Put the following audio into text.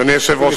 אדוני היושב-ראש,